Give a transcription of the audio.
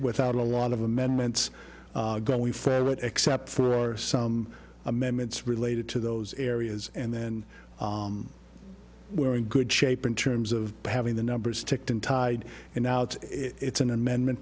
without a lot of amendments going ferrite except for some amendments related to those areas and then we're in good shape in terms of having the numbers ticked and tied in out it's an amendment